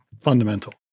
fundamental